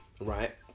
right